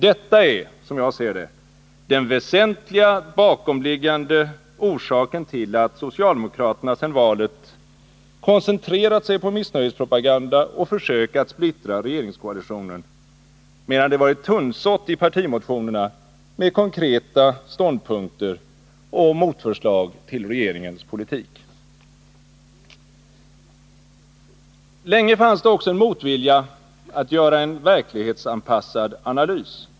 Detta är, som jag ser det, den väsentliga bakomliggande orsaken till att socialdemokraterna sedan valet koncentrerat sig på missnöjespropaganda och försök att splittra regeringskoalitionen, medan det varit tunnsått i partimotionerna med konkreta ståndpunkter och motförslag till regeringens politik. Länge fanns det också en motvilja att göra en verklighetsanpassad analys.